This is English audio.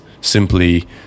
simply